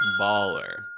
baller